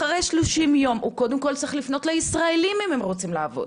אחרי 30 יום הוא קודם כל צריך לפנות לישראלים אם הם רוצים לעבוד